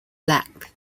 black